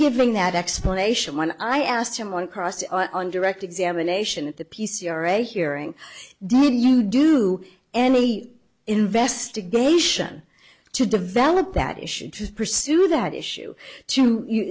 giving that explanation when i asked him one cross on direct examination at the p c r a hearing did you do any investigation to develop that issue to pursue that issue to you